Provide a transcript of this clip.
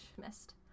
missed